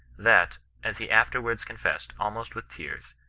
that, as he afterwards confessed almost with tears,